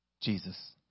Jesus